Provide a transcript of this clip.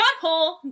butthole